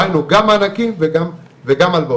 דהיינו גם מענקים וגם הלוואות.